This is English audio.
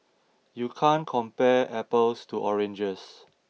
you can't compare apples to oranges